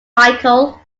michael